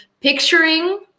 picturing